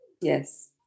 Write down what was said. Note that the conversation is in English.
Yes